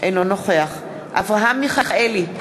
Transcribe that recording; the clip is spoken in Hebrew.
אינו נוכח אברהם מיכאלי,